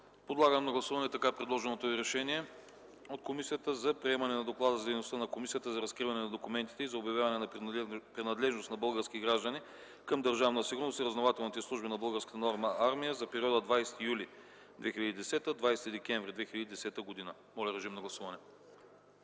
Подлагам на гласуване така предложеното решение от комисията за приемане на Доклада за дейността на Комисията за разкриване на документите и за обявяване на принадлежност на български граждани към Държавна сигурност и разузнавателните служби на Българската народна армия за периода 20 юли 2010 г. – 20 декември 2010 г. Гласували